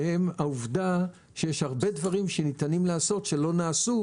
שהם העובדה שיש הרבה דברים שניתנים לעשות שלא נעשו,